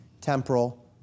temporal